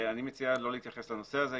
אני מציע לא להתייחס לנושא הזה,